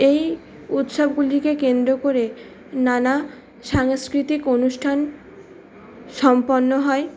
এই উৎসবগুলিকে কেন্দ্র করে নানা সাংস্কৃতিক অনুষ্ঠান সম্পন্ন হয়